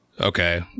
Okay